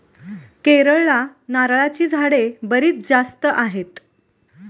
केरळला नारळाची झाडे बरीच जास्त आहेत